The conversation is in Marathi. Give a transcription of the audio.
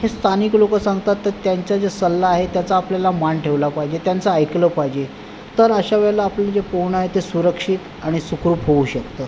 हे स्थानिक लोकं सांगतात तर त्यांचं जे सल्ला आहे त्याचा आपल्याला मान ठेवला पाहिजे त्यांचं ऐकलं पाहिजे तर अशा वेळेला आपलं जे पोहणं आहे ते सुरक्षित आणि सुखरूप होऊ शकतं